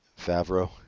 Favreau